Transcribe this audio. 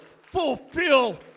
fulfill